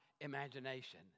imagination